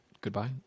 goodbye